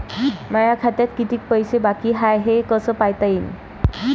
माया खात्यात कितीक पैसे बाकी हाय हे कस पायता येईन?